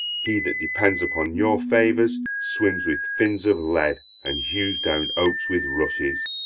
he that depends upon your favours swims with fins of lead, and hews down oaks with rushes.